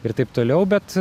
ir taip toliau bet